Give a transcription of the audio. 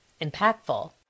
impactful